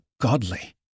godly